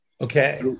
okay